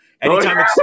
Anytime